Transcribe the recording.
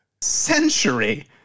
century